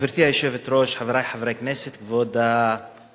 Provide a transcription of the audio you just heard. גברתי היושבת-ראש, חברי חברי הכנסת, כבוד השרים,